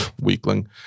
weakling